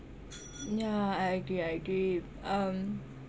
yah I agree I agree um